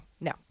no